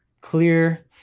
clear